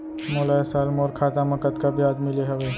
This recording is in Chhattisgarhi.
मोला ए साल मोर खाता म कतका ब्याज मिले हवये?